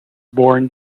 born